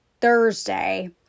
Thursday